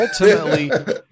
Ultimately